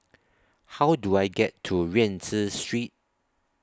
How Do I get to Rienzi Street